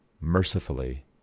mercifully